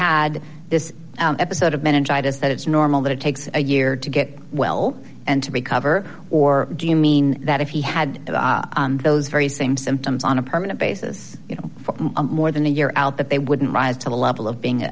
had this episode of meningitis that it's normal that it takes a year to get well and to recover or do you mean that if he had those very same symptoms on a permanent basis you know for more than a year out that they wouldn't rise to the level of being